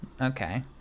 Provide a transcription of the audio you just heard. Okay